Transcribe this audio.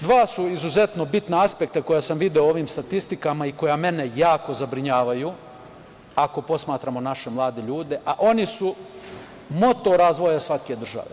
Dva su izuzetno bitna aspekta koja sam video u ovim statistikama i koja mene jako zabrinjavaju, ako posmatramo naše mlade ljude, a oni su motor razvoja svake države.